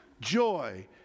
joy